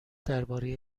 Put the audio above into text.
درباره